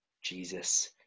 jesus